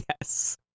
Yes